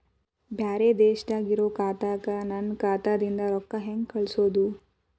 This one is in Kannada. ಬ್ಯಾರೆ ದೇಶದಾಗ ಇರೋ ಖಾತಾಕ್ಕ ನನ್ನ ಖಾತಾದಿಂದ ರೊಕ್ಕ ಹೆಂಗ್ ಕಳಸೋದು?